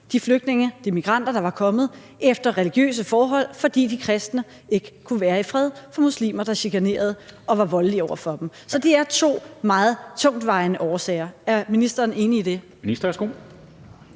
de flygtninge og migranter, der var kommet, efter religiøse forhold, fordi de kristne ikke kunne være i fred for muslimer, der chikanerede dem og var voldelige over for dem. Så det er to meget tungtvejende årsager. Er ministeren enig i det?